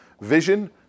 Vision